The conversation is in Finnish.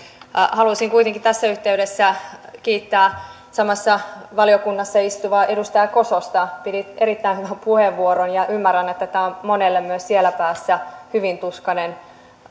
haluaisin kuitenkin tässä yhteydessä kiittää samassa valiokunnassa istuvaa edustaja kososta pidit erittäin hyvän puheenvuoron ymmärrän että tämä on monelle myös siellä päässä hyvin tuskainen